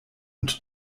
und